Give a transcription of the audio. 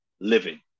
living